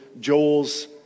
Joel's